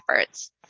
efforts